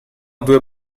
due